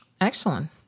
Excellent